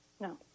No